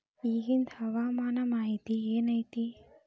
ಇಗಿಂದ್ ಹವಾಮಾನ ಮಾಹಿತಿ ಏನು ಐತಿ?